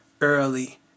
early